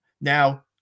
Now